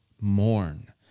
mourn